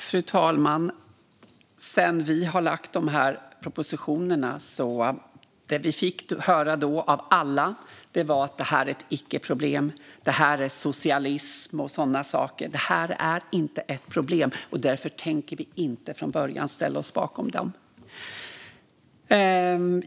Fru talman! Sedan vi lade fram propositionerna fick vi höra av alla att det var ett icke-problem och att förslagen innebar socialism och sådana saker. Det här är inte ett problem, och därför tänker vi inte från början ställa oss bakom det.